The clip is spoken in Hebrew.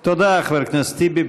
תודה, חבר הכנסת טיבי.